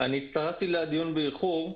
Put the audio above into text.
אני הצטרפתי לדיון באיחור.